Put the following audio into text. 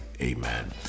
Amen